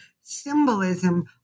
symbolism